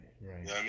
Right